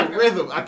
rhythm